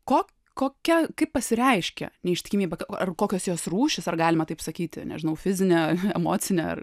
ko kokia kaip pasireiškia neištikimybė ar kokios jos rūšys ar galima taip sakyti nežinau fizinė emocinė